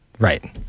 Right